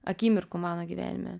akimirkų mano gyvenime